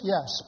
Yes